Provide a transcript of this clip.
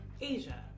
Asia